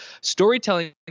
storytelling